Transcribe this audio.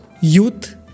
youth